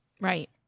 Right